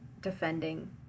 defending